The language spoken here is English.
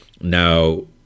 Now